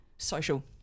Social